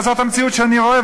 זאת המציאות שאני רואה.